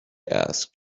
asked